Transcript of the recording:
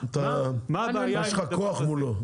יש לך כוח מולו.